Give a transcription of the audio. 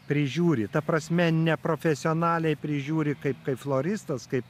prižiūri ta prasme neprofesionaliai prižiūri kaip kaip floristas kaip